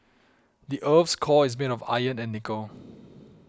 the earth's core is made of iron and nickel